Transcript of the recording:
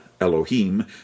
Elohim